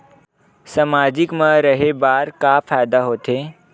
सामाजिक मा रहे बार का फ़ायदा होथे?